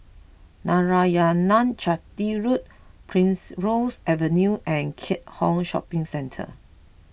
Narayanan Chetty Road Primrose Avenue and Keat Hong Shopping Centre